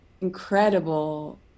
incredible